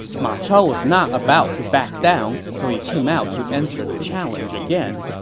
ma chao was not about to back down, so he came out to answer the challenge again.